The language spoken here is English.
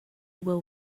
will